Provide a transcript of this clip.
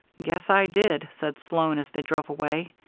guess i did, said sloan as they drove away.